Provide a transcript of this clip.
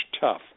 tough